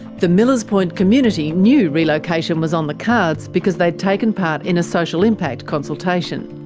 the millers point community knew relocation was on the cards, because they'd taken part in a social impact consultation.